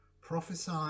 prophesy